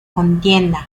contienda